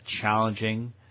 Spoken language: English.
challenging